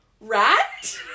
Rat